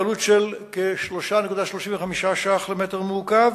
בעלות של כ-3.35 שקלים למטר מעוקב,